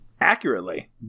Accurately